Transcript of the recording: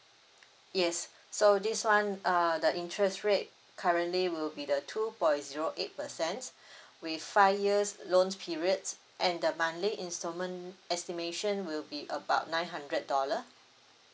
yes so this one uh the interest rate currently will be the two point zero eight percent with five years loans periods and the monthly installment estimation will be about nine hundred dollar